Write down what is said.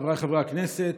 חבריי חברי הכנסת,